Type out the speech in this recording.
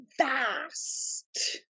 vast